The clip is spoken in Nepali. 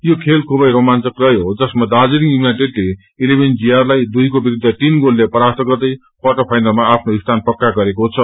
यो खेल खुबै रोमाचंक रहयो जसमा दार्जीतिङ युनाइटेड़ले अलेभेन जीआर लाई दुईको विरूद्ध तीन गोलले परास्त गर्दै कवाटर फाइनलमा आफ्नो स्थान पक्का गरेको छ